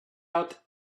out